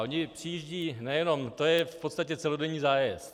Oni přijíždějí nejenem to je v podstatě celodenní zájezd.